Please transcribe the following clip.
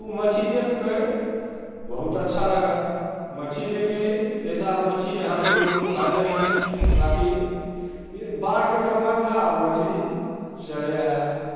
वह मछली देख कर बहुत अच्छा लगा मछली देखे ऐसी मच्छी यहाँ तो है नहीं बाक़ी बाढ़ का समय था मछली चले आई